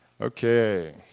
Okay